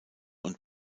und